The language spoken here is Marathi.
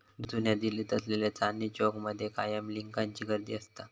जुन्या दिल्लीत असलेल्या चांदनी चौक मध्ये कायम लिकांची गर्दी असता